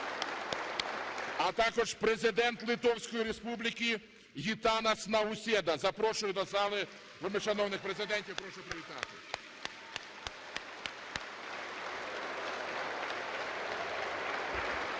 а також Президент Литовської Республіки Гітанас Наусєда (Оплески). Запрошую до зали вельмишановних Президентів. Прошу привітати.